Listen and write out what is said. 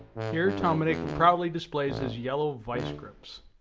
here, dominique proudly displays his yellow vice grips.